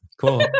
Cool